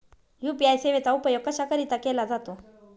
UPI सेवेचा उपयोग कशाकरीता केला जातो?